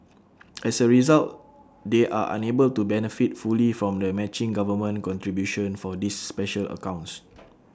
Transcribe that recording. as A result they are unable to benefit fully from the matching government contribution for these special accounts